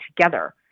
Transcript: together